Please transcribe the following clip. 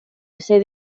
ese